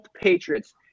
Patriots